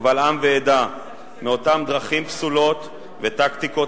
קבל עם ועדה מאותן דרכים פסולות וטקטיקות